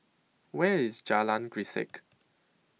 Where IS Jalan Grisek